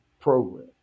program